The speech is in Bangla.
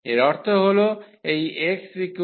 এর অর্থ হল এই x y